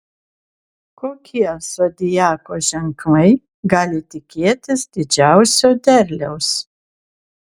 kokie zodiako ženklai gali tikėtis didžiausio derliaus